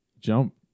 Jump